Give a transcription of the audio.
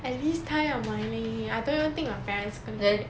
at least 她要买 leh I don't even think my parents gonna get